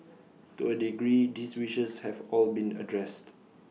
to A degree these wishes have all been addressed